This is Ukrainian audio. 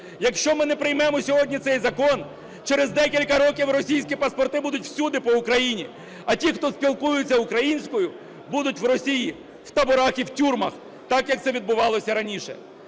Якщо ми не приймемо сьогодні цей закон, через декілька років російські паспорти будуть всюди по Україна, а ті, хто спілкуються українською, будуть в Росії в таборах і тюрмах, так, як це відбувалося раніше.